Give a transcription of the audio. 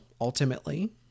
ultimately